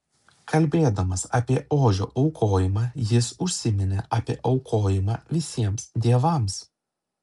kalbėdamas apie ožio aukojimą jis užsiminė apie aukojimą visiems dievams